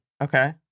Okay